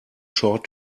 short